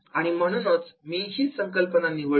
आणि म्हणूनच मी ही संकल्पना निवडली